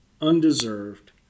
undeserved